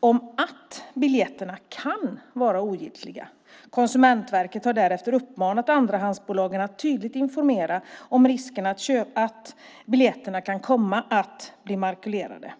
om att biljetterna kan vara ogiltiga. Konsumentverket har därefter uppmanat andrahandsbolagen att tydligt informera om risken att biljetterna kan bli makulerade.